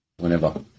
Whenever